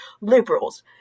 liberals